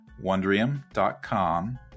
wondrium.com